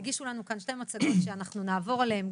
הגישו לנו כאן שתי מצגות שאנחנו נעבור עליהן,